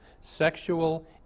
sexual